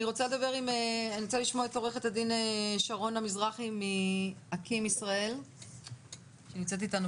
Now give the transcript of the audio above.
אני רוצה לשמוע את עורכת הדין שרון המזרחי מאקי"ם ישראל שנמצאת איתנו